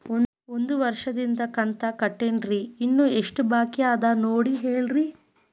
ಒಂದು ವರ್ಷದಿಂದ ಕಂತ ಕಟ್ಟೇನ್ರಿ ಇನ್ನು ಎಷ್ಟ ಬಾಕಿ ಅದ ನೋಡಿ ಹೇಳ್ರಿ